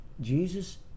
Jesus